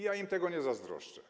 Ja im tego nie zazdroszczę.